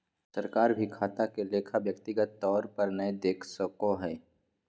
सरकार भी खाता के लेखा व्यक्तिगत तौर पर नय देख सको हय